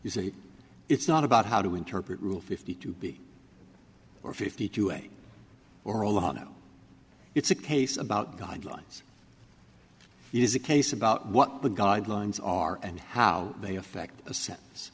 you say it's not about how to interpret rule fifty two b or fifty two a or a lot no it's a case about guidelines it is a case about what the guidelines are and how they affect